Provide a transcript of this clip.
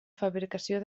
fabricació